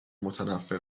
متنفر